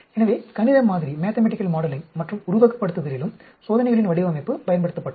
எனவே கணித மாதிரி மற்றும் உருவகப்படுத்துதலிலும் சோதனைகளின் வடிவமைப்பு பயன்படுத்தப்பட்டது